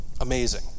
amazing